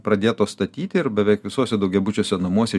pradėtos statyti ir beveik visuose daugiabučiuose namuose